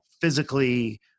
physically